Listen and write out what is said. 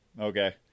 Okay